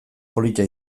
polita